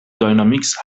داینامیکس